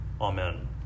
Amen